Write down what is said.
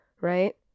right